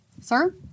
Sir